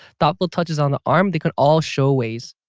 thoughtful touches on the arm, they could all show ways